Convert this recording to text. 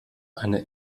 eine